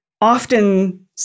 often